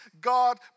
God